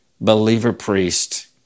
believer-priest